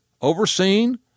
overseen